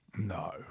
No